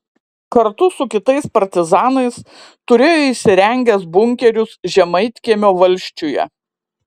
kartu su kitais partizanais turėjo įsirengęs bunkerius žemaitkiemio valsčiuje